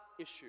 issue